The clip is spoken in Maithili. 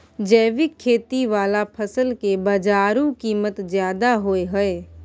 जैविक खेती वाला फसल के बाजारू कीमत ज्यादा होय हय